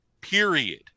Period